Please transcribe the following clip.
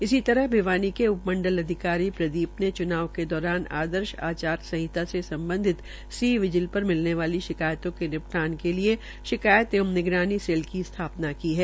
इसी तरह भिवानी के उपमंडल अधिकारी प्रदीप ने चुनाव के दौरान आदर्श आचार संहिता से सम्बधित सी विजल पर मिलने वाली शिकायतों के निपटान के लिये शिकायत एंव निगरानी सेल की स्थापना की है